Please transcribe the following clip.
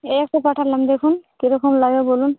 এই একটা পাঠালাম দেখুন কিরকম লাগে বলুন